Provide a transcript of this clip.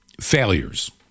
failures